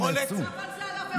אבל זה על עבירות אחרות.